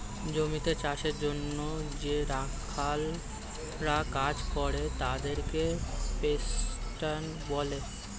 জমিতে চাষের জন্যে যে রাখালরা কাজ করে তাদেরকে পেস্যান্ট বলে